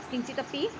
किञ्चितपि